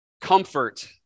Comfort